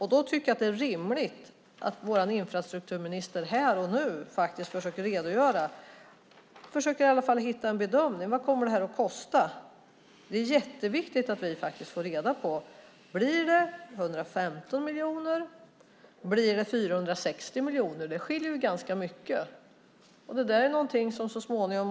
Jag tycker att det är rimligt att vår infrastrukturminister här och nu försöker redogöra för, eller åtminstone försöker bedöma, hur mycket detta kommer att kosta. Det är jätteviktigt att vi får reda på om det blir 115 miljoner eller 460 miljoner. Det är ganska stor skillnad.